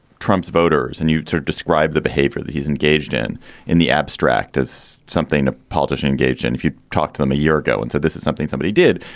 trump's voters and you to describe the behavior that he's engaged in in the abstract as something a politician engage. and if you talk to them a year ago and so this is something somebody did,